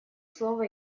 слово